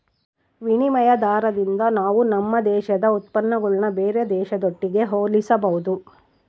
ವಿನಿಮಯ ದಾರದಿಂದ ನಾವು ನಮ್ಮ ದೇಶದ ಉತ್ಪನ್ನಗುಳ್ನ ಬೇರೆ ದೇಶದೊಟ್ಟಿಗೆ ಹೋಲಿಸಬಹುದು